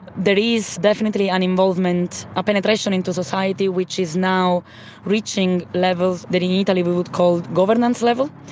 there is definitely an involvement, a penetration into society which is now reaching levels that in italy we would call governance level,